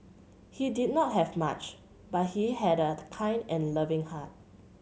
he did not have much but he had a kind and loving heart